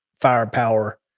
firepower